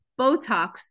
Botox